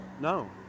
No